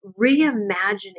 reimagining